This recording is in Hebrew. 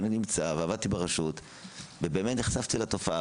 ואני נמצא ועבדתי ברשות ובאמת נחשפתי לתופעה